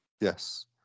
Yes